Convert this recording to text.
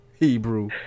Hebrew